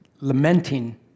lamenting